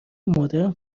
مادرم